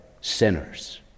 sinners